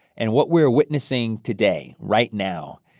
and what we're witnessing today, right now,